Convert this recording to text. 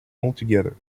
altogether